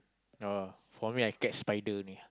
oh for me I catch spider only ah